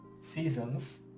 seasons